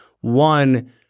One